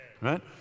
right